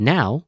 Now